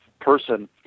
person